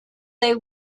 they